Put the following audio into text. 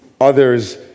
others